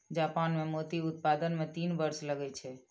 Japan मे मोती उत्पादन मे तीन वर्ष लगै छै